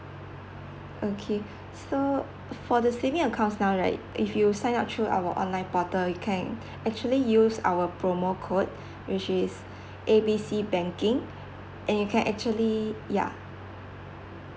okay so for the saving accounts now right if you sign up through our online portal you can actually use our promo code which is A B C banking and you can actually ya